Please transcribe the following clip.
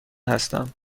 هستم